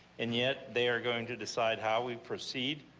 and yet they are going to decide how we proceed.